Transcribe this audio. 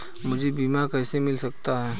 मुझे बीमा कैसे मिल सकता है?